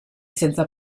senza